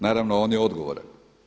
Naravno on je odgovoran.